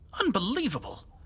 Unbelievable